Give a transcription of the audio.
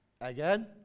again